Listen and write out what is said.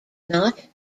not